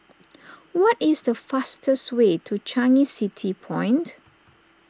what is the fastest way to Changi City Point